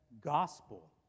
gospel